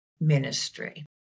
ministry